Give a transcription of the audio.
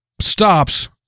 stops